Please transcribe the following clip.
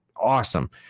awesome